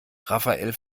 rafael